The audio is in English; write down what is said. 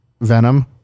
Venom